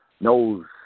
knows